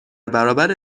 برابر